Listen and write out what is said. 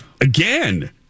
again